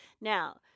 now